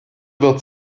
wird